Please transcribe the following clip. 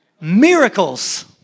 Miracles